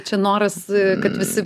čia noras kad visi